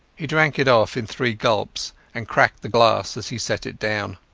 he drank it off in three gulps, and cracked the glass as he set it down.